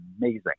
amazing